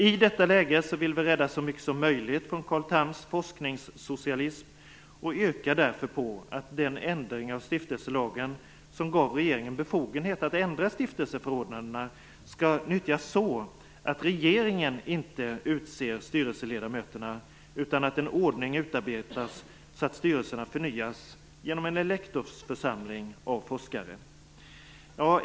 I detta läge vill vi rädda så mycket som möjligt från Carl Thams forskningssocialism och yrkar därför på att den ändring av stiftelselagen som gav regeringen befogenhet att ändra stiftelseförordnandena skall nyttjas så, att inte regeringen utser styrelseledamöterna utan att en ordning utarbetas så att styrelserna förnyas genom en elektorsförsamling av forskare.